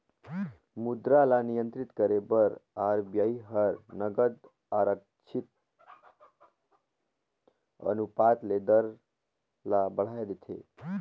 मुद्रा ल नियंत्रित करे बर आर.बी.आई हर नगद आरक्छित अनुपात ले दर ल बढ़ाए देथे